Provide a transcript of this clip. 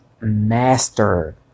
master